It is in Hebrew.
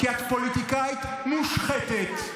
כי את פוליטיקאית מושחתת.